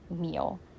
meal